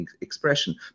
expression